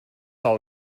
all